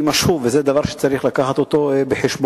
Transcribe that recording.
יימשכו, וזה דבר שצריך להביא בחשבון.